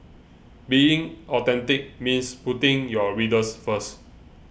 being authentic means putting your readers first